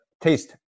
taste